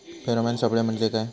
Pheromone सापळे म्हंजे काय?